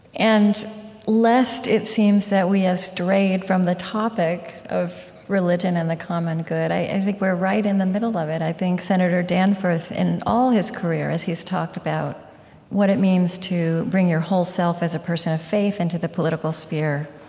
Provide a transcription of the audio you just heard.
and lest it seems that we have strayed from the topic of religion and the common good, i think we're right in the middle of it. i think senator danforth, in all his career, as he's talked about what it means to bring your whole self as a person of faith into the political sphere,